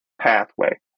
pathway